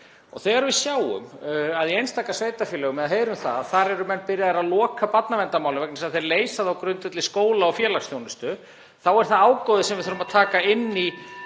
Þegar við sjáum að í einstaka sveitarfélögum, eða heyrum af því, eru menn byrjaðir að loka barnaverndarmálum vegna þess að þeir leysa þau á grundvelli skóla og félagsþjónustu þá er það ágóði sem við þurfum (Forseti